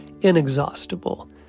inexhaustible